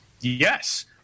yes